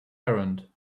errand